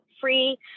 free